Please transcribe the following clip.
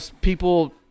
people